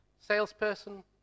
salesperson